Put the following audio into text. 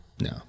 No